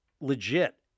legit